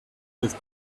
was